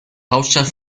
hauptstadt